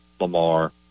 Lamar